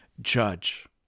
judge